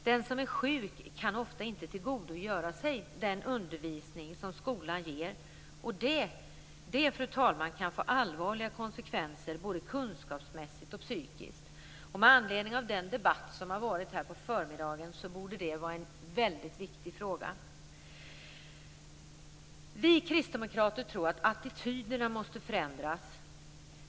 Den som är sjuk kan ofta inte tillgodogöra sig den undervisning som skolan ger. Det kan få allvarliga konsekvenser, fru talman, både kunskapsmässigt och psykiskt. Med anledning av den debatt som har varit här på förmiddagen borde det vara en väldigt viktig fråga. Vi kristdemokrater tror att attityderna måste förändras.